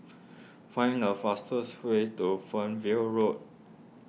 find the fastest way to Fernvale Road